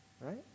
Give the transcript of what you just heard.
right